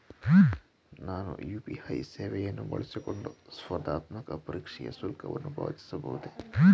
ನಾನು ಯು.ಪಿ.ಐ ಸೇವೆಯನ್ನು ಬಳಸಿಕೊಂಡು ಸ್ಪರ್ಧಾತ್ಮಕ ಪರೀಕ್ಷೆಯ ಶುಲ್ಕವನ್ನು ಪಾವತಿಸಬಹುದೇ?